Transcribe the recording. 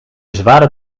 zware